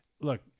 look